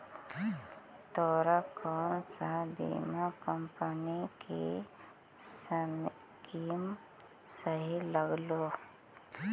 तोरा कौन सा बीमा कंपनी की स्कीम सही लागलो